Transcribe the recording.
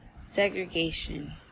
segregation